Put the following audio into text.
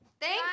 Thank